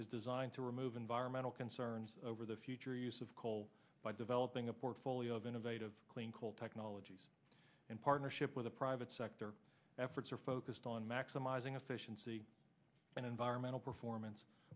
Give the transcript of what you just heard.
is designed to remove environmental concerns over the future use of coal by developing a portfolio of innovative clean coal technologies in partnership with a private sector efforts are focused on maximizing efficiency in environmental performance